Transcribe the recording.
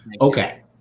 Okay